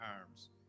arms